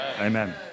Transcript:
amen